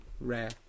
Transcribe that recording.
Rare